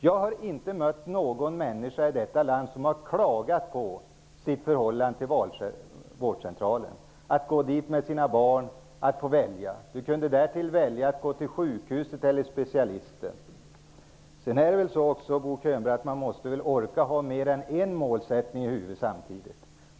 Jag har inte mött någon människa i detta land som har klagat på sitt förhållande till vårdcentralen, möjligheten att gå dit med sina barn och få välja. Man kunde därtill välja att gå till ett sjukhus eller en specialist. Man måste väl också, Bo Könberg, orka ha mer än en målsättning i huvudet samtidigt.